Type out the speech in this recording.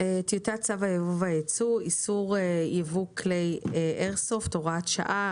" טיוטת צו היבוא והיצוא (איסור ייבוא כלי איירסופט) (הוראת שעה),